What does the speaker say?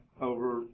over